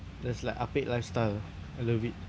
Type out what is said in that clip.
that's like ah pek lifestyle I love it